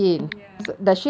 ya